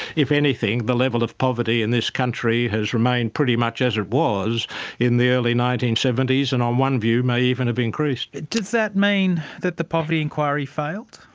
if anything the level of poverty in this country has remained pretty much as it was in the early nineteen seventy s, and on one view may even have increased. does that mean that the poverty inquiry failed?